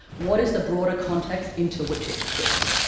what is the broader context into which it fits?